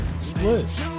split